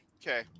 Okay